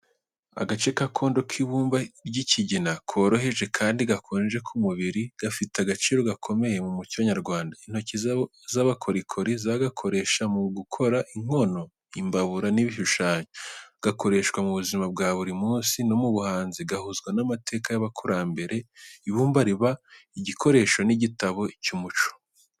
Agace k’akondo k'ibumba ry’ikigina, koroheje kandi gakonje ku mubiri, gafite agaciro gakomeye mu muco nyarwanda. Intoki z'abanyabukorikori zagakoresha mu gukora inkono, imbabura n’ibishushanyo. Gakoreshwa mu buzima bwa buri munsi no mu buhanzi, gahuzwa n’amateka y’abakurambere. Ibumba riba igikoresho n’igitabo cy’umuco.